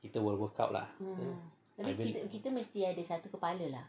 kita will work out lah kan